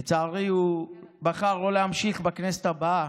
לצערי, הוא בחר שלא להמשיך בכנסת הבאה,